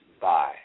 Bye